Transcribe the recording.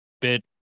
bit